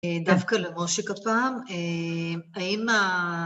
דווקא למושיק הפעם, אה... האם ה...